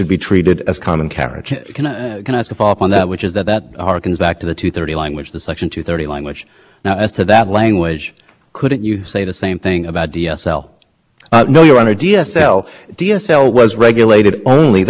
separate service that couldn't be subject to common carriage that's what's going on here this is the carrying of content by content providers to another set of customers that's why the court said that was a separate service that couldn't independently be subject to